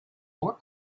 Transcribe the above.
more